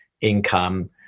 income